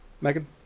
Megan